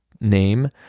name